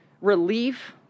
relief